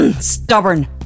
stubborn